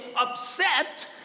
upset